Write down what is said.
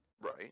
Right